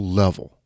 level